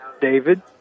David